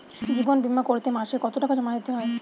জীবন বিমা করতে মাসে কতো টাকা জমা দিতে হয়?